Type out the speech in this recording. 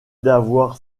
d’avoir